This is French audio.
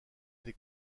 des